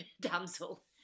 damsel